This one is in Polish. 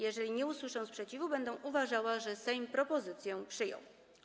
Jeżeli nie usłyszę sprzeciwu, będę uważała, że Sejm propozycję przyjął.